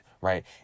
Right